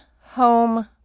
home